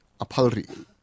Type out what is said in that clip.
apalri